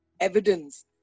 evidence